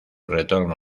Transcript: retorno